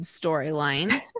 storyline